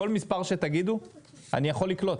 כל מספר שתגידו אני יכול לקלוט'